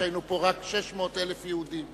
כשהיינו פה רק 600,000 יהודים?